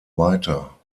weiter